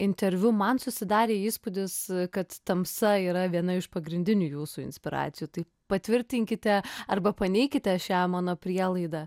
interviu man susidarė įspūdis kad tamsa yra viena iš pagrindinių jūsų inspiracijų tai patvirtinkite arba paneikite šią mano prielaidą